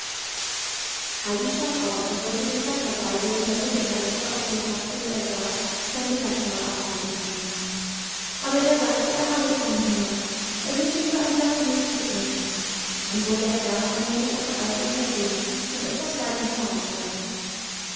heidi stand auf und wollte den sack herbeiholen damit der herr doktor auf dem platze wo er saß sein mittagsmahl abhalten könne aber er sagte er habe keinen hunger er wünsche nur ein glas milch zu trinken dann wolle er gern noch ein wenig auf der alp umhergehen und etwas weiter